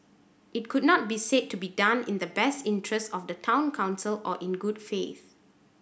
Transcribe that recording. it could not be said to be done in the best interest of the Town Council or in good faith